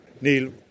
Neil